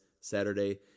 Saturday